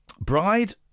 Bride